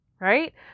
right